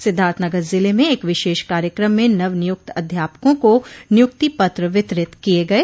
सिद्धार्थनगर जिले में एक विशेष कार्यक्रम में नवनियुक्त अध्यापकों को नियुक्ति पत्र वितरित किये गये